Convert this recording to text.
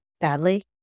badly